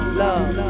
love